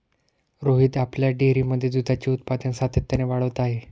रोहित आपल्या डेअरीमध्ये दुधाचे उत्पादन सातत्याने वाढवत आहे